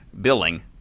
billing –